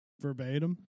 Verbatim